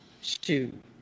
Shoot